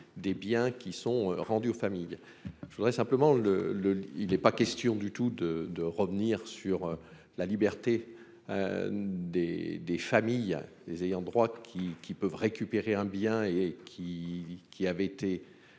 des biens qui sont rendus aux familles. Je voudrais simplement le le il est pas question du tout de, de revenir sur la liberté. Des des familles des ayants droit qui qui peuvent récupérer un bien et qui qui avaient été.